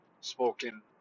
spoken